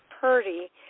Purdy